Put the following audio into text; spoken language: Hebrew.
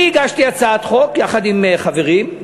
אני הגשתי הצעת חוק יחד עם חברים.